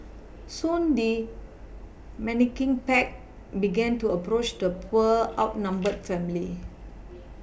soon the menacing pack began to approach the poor outnumbered family